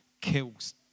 kills